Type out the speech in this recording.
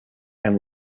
and